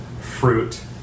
fruit